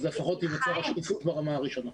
אז לפחות תיווצר שקיפות ברמה הראשונית.